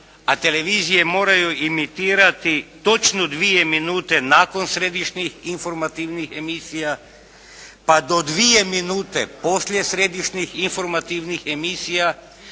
a televizije moraju imitirati točno 2 minute nakon središnjih informativnih emisija, pa do 2 minute poslije središnjih informativnih emisija